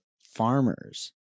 farmers